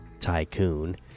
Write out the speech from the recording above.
Tycoon